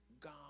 God